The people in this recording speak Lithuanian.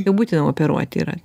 jau būtina operuoti yra